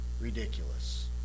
ridiculous